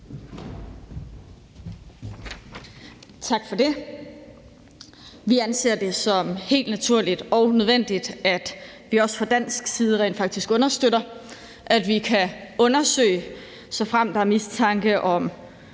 Tak for det. Vi anser det som helt naturligt og nødvendigt, at vi også fra dansk side rent faktisk understøtter, at vi kan undersøge det, såfremt der er mistanke om